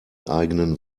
eigenen